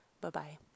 Bye-bye